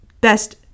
best